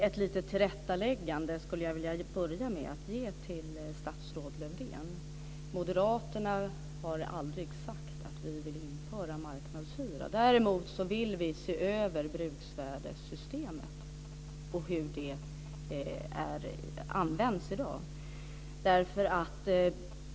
Fru talman! Jag skulle vilja börja med att ge ett litet tillrättaläggande till statsrådet Lövdén. Vi moderater har aldrig sagt att vi vill införa marknadshyror. Däremot vill vi se över bruksvärdessystemet och hur det används i dag.